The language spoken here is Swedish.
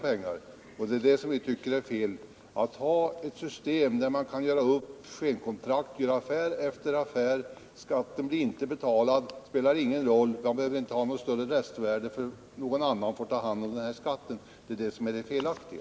Det är därför vi tycker att det är fel att ha ett system, med vars hjälp man kan göra upp skenkontrakt i affär efter affär. Skatten blir inte betald, men det spelar ingen roll. Man behöver inte ha något större restvärde, för någon annan får ta hand om skatten. Det är detta som är felaktigt.